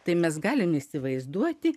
tai mes galim įsivaizduoti